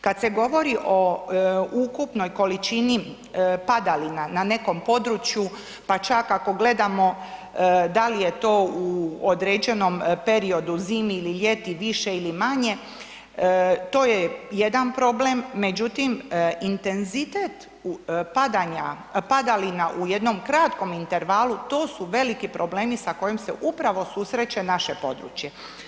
Kad se govori o ukupnoj količini padalina na nekom području, pa čak ako gledamo da li je to u određenom periodu, zimi ili ljeti više ili manje, to je jedan problem, međutim, intenzitet padalina u jednom kratkom intervalu, to su veliki problemi sa kojim se upravo susreće naše područje.